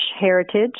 heritage